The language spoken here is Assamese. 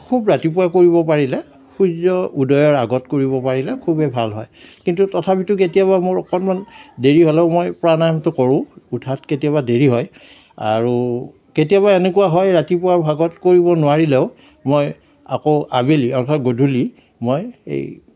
খুব ৰাতিপুৱাই কৰিব পাৰিলে সূৰ্য উদয়ৰ আগত কৰিব পাৰিলে খুবেই ভাল হয় কিন্তু তথাপিতো কেতিয়াবা মোৰ অকণমান দেৰি হ'লেও মই প্ৰাণায়ামটো কৰো উঠাত কেতিয়াবা দেৰি হয় আৰু কেতিয়াবা এনেকুৱা হয় ৰাতিপুৱাৰ ভাগত কৰিব নোৱাৰিলেও মই আকৌ আবেলি অৰ্থাৎ গধূলি মই